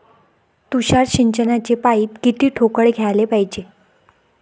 तुषार सिंचनाचे पाइप किती ठोकळ घ्याले पायजे?